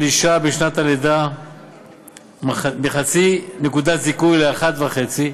אישה בשנת הלידה מ-0.5 נקודת זיכוי ל-1.5,